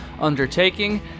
undertaking